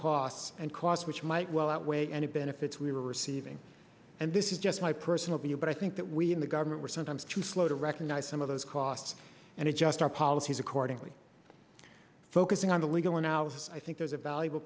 costs and costs which might well outweigh any benefits we were receiving and this is just my personal view but i think that we in the government we're sometimes too slow to recognize some of those costs and adjust our policies accordingly focusing on the legal analysis i think there's a valuable